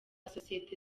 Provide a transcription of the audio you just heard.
sosiyete